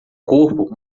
corpo